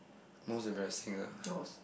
most embarrassing ah